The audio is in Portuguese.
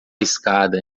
escada